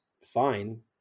fine